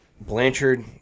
Blanchard